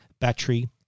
battery